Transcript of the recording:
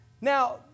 Now